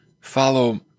Follow